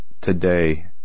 today